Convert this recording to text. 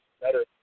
better